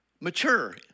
mature